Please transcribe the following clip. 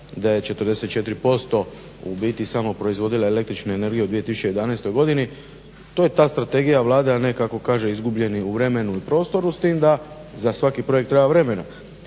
da je 44% u biti samo proizvodila el.energiju u 2011. To je ta strategija, Vlada ne kako kaže izgubljeni u vremenu i prostoru s tim da za svaki projekt treba vremena.